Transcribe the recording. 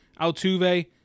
Altuve